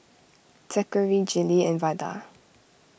Zackary Gillie and Vada